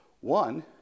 One